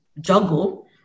juggle